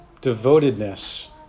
devotedness